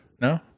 No